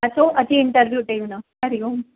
अचो अची इंटरव्यू ॾई वञो हरिओम